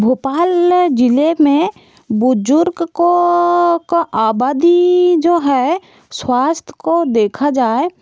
भोपाल ज़िले में बुजुर्ग को को आबादी जो है स्वास्थ्य को देखा जाए